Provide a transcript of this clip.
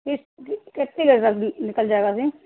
س کتے د تک نکل جائے گا ج